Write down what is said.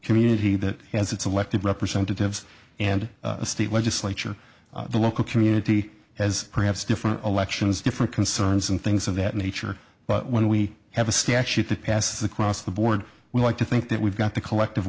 community that has its elected representatives and state legislature the local community as perhaps different elections different concerns and things of that nature but when we have a statute that passes the cross the board would like to that we've got the collective